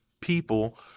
people